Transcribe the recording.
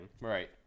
Right